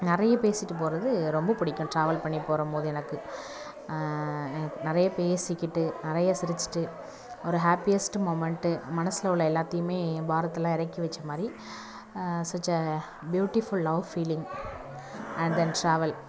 நிறைய பேசிகிட்டு போகிறது ரொம்ப பிடிக்கும் ட்ராவல் பண்ணி போகும்போது எனக்கு நிறைய பேசிகிட்டு நிறைய சிரிச்சுட்டு ஒரு ஹாப்பியஸ்ட் மூமென்ட் மனசில் உள்ள எல்லாத்தையுமே பாரத்தலாம் இறக்கி வச்ச மாதிரி such a beautiful love feeling and then travel